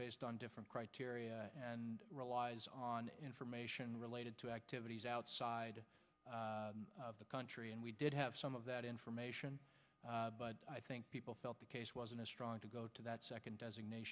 based on different criteria and relies on information related to activities outside the country and we did have some of that information but i think people felt the case wasn't as strong to go to that second designat